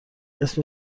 اسم